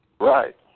Right